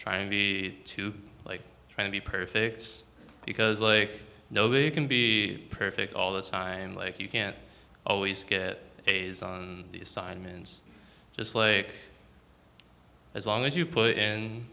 trying to like try to be perfect because like nobody you can be perfect all the time like you can't always get a's on the assignments just like as long as you put in